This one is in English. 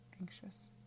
anxious